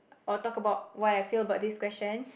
or talk abut what I feel about this question